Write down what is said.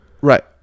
Right